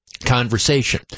conversation